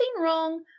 wrong